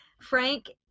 Frank